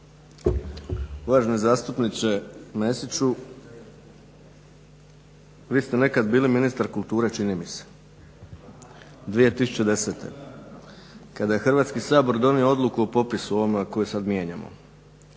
Uvaženi zastupniče Mesiću, vi ste nekad bili ministar kulture čini mi se, 2010.kada je Hrvatski sabor donio odluku o popisu ovoga koje sad mijenjamo